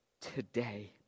today